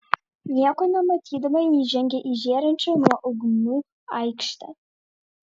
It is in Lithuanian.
nieko nematydama ji žengė į žėrinčią nuo ugnių aikštę